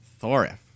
Thorif